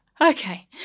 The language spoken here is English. Okay